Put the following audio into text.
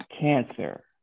cancer